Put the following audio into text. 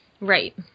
Right